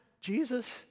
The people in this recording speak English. Jesus